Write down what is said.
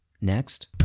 Next